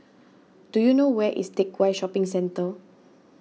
do you know where is Teck Whye Shopping Centre